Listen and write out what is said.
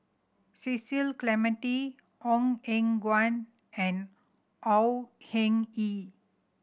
Cecil Clementi Ong Eng Guan and Au Hing Yee